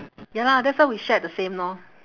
ya lah that's what we shared the same lor